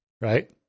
Right